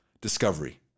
Discovery